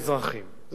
זה נושא אחד.